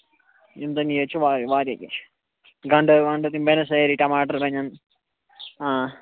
ییٚمہِ دۄہ نِیِو ییٚتہِ چھِ واریاہ واریاہ کیٚنہہ چھُ گَنڈٕ وَنڈٕ تِم بَنن سٲری ٹَماٹر بَنن آ